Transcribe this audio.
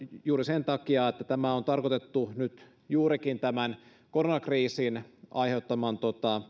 juuri sen takia että tämä on nyt tarkoitettu juurikin tämän koronakriisin aiheuttaman